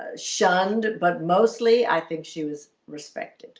ah shunned but mostly i think she was respected